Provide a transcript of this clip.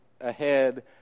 ahead